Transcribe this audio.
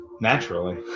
Naturally